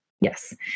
yes